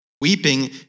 Weeping